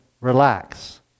relax